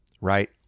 Right